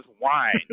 wine